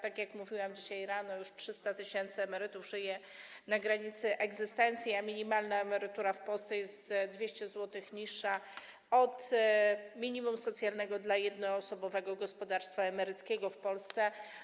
Tak jak mówiłam dzisiaj rano, już 300 tys. emerytów żyje na granicy egzystencji, a minimalna emerytura w Polsce jest o 200 zł niższa od minimum socjalnego dla jednoosobowego gospodarstwa emeryckiego w Polsce.